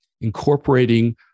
incorporating